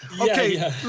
Okay